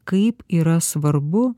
kaip yra svarbu